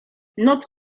noc